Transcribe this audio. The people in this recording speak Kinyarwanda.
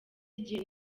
igihe